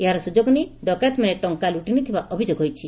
ଏହାର ସୁଯୋଗ ନେଇ ଡକାୟତମାନେ ଟଙ୍କା ଲୁଟି ନେଇଥିବାର ଅଭିଯୋଗ ହୋଇଛି